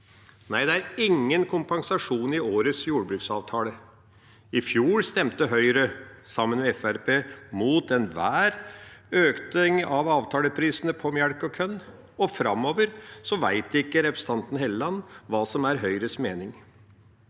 Nei, det er ingen kompensasjon i årets jordbruksavtale. I fjor stemte Høyre, sammen med Fremskrittspartiet, mot enhver økning av avtaleprisene på melk og korn, og framover vet ikke representanten Helleland hva som er Høyres mening.